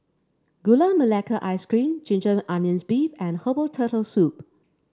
Gula Melaka Ice Cream Ginger Onions beef and Herbal Turtle Soup